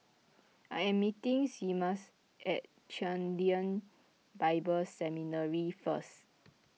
I am meeting Seamus at Chen Lien Bible Seminary first